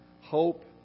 Hope